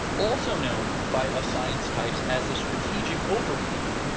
also known by a science types as a strategic overfeed.